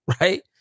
Right